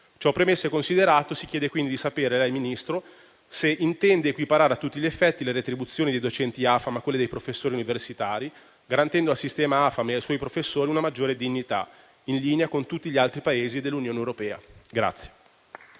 Ciò premesso e considerato, si chiede, quindi, di sapere da lei, signor Ministro, se intenda equiparare a tutti gli effetti le retribuzioni dei docenti AFAM a quelle dei professori universitari, garantendo al sistema AFAM e ai suoi professori una maggiore dignità, in linea con tutti gli altri Paesi dell'Unione europea.